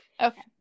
Okay